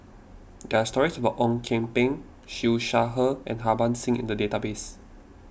there are stories about Ong Kian Peng Siew Shaw Her and Harbans Singh in the database